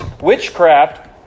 Witchcraft